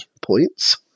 points